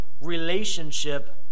relationship